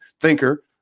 thinker